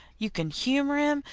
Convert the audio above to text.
you kin humour him,